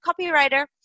copywriter